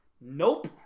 Nope